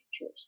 choose